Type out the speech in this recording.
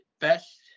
Best